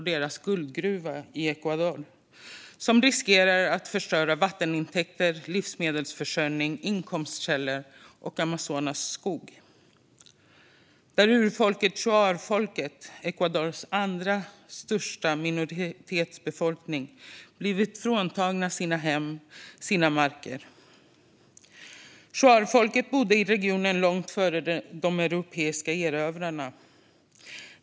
Deras guldgruva i Ecuador riskerar att förstöra vattentäkter, livsmedelsförsörjning, inkomstkällor och Amazonas skog. Urfolket Shuarfolket, Ecuadors andra största minoritetsbefolkning, har blivit fråntagna sina hem och sina marker. Shuarfolket bodde i regionen långt före de europeiska erövrarna.